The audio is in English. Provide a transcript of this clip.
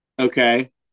Okay